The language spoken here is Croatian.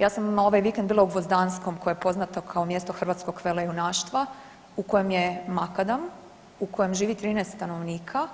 Ja sam ovaj vikend bila u Gvozdanskom koje je poznato kao mjesto hrvatskog velejunaštva u kojem je makadam, u kojem živi 13 stanovnika